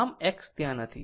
આમ X ત્યાં નથી